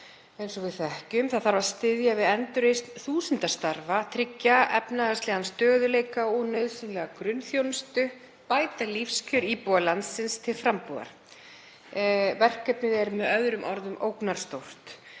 eins og við þekkjum. Það þarf að styðja við endurreisn þúsunda starfa, tryggja efnahagslegan stöðugleika og nauðsynlega grunnþjónustu, bæta lífskjör íbúa landsins til frambúðar. Verkefnið er með öðrum orðum ógnarstórt.